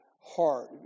heart